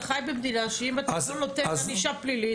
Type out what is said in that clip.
אתה חי במדינה שבה אם אתה לא נותן ענישה פלילית,